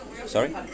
Sorry